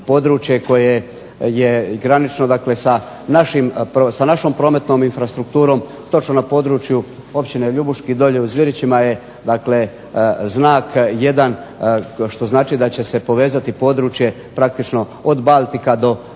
koje je granično sa našom prometnom infrastrukturom točno na području Općine Ljubuški dolje u Zvirićima je znak jedan što znači da će se povezati područje praktično od Baltika do Jadrana,